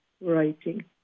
writing